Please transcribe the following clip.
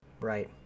Right